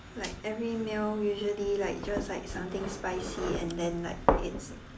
like every meal usually like just like something spicy and then like it's